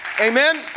Amen